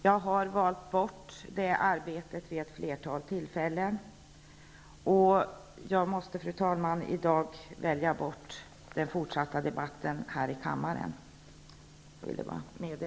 Jag har vid ett flertal tillfällen valt bort detta arbete. Men i dag måste jag välja bort den fortsatta debatten här i kammaren. Jag ville bara meddela detta.